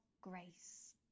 grace